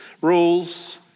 rules